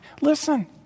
listen